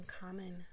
common